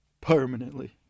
permanently